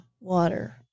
water